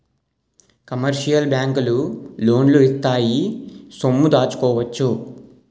commercial బ్యాంకులు లోన్లు ఇత్తాయి సొమ్ము దాచుకోవచ్చు